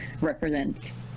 represents